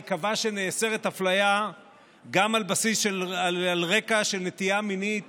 ייקבע שנאסרת אפליה גם על רקע נטייה מינית